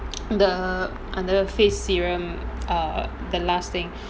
the under face serum err the last thing